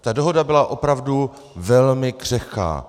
Ta dohoda byla opravdu velmi křehká.